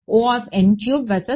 versus